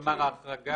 כן.